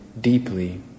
deeply